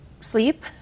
sleep